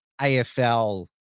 AFL